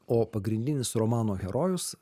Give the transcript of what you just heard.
o pagrindinis romano herojus